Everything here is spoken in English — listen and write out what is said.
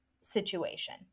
situation